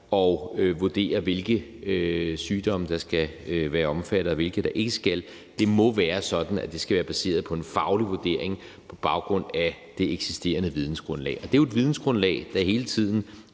og vurdere, hvilke sygdomme der skal være omfattet, og hvilke der ikke skal. Det må være sådan, at det skal være baseret på en faglig vurdering på baggrund af det eksisterende vidensgrundlag. Det er jo et vidensgrundlag, der hele tiden